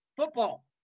football